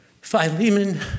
Philemon